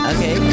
Okay